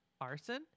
arson